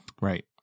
Right